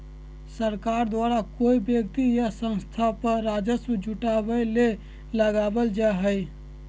सरकार द्वारा कोय व्यक्ति या संस्था पर राजस्व जुटावय ले लगाल जा हइ